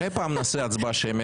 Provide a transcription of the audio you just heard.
אולי פעם נעשה הצבעה שמית?